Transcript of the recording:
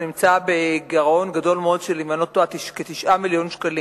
חשוב מאוד: התפרסם בימים האחרונים שהספרייה נסגרה.